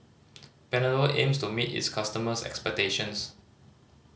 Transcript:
panadol aims to meet its customers' expectations